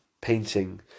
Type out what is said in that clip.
painting